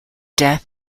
death